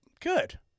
good